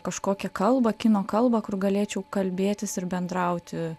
kažkokią kalbą kino kalbą kur galėčiau kalbėtis ir bendrauti